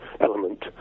element